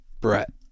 Brett